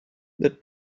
that